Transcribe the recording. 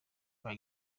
bwa